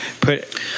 put